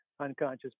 unconscious